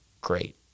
great